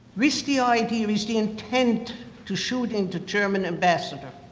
with the idea is the intent to shoot into german ambassador.